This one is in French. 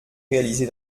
réalisée